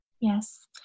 Yes